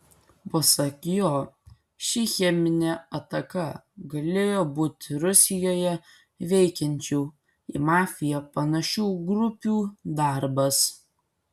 pasak jo ši cheminė ataka galėjo būti rusijoje veikiančių į mafiją panašių grupių darbas